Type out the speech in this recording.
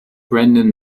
brendan